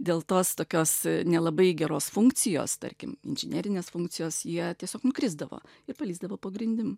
dėl tos tokios nelabai geros funkcijos tarkim inžinerinės funkcijos jie tiesiog nukrisdavo ir palįsdavo po grindim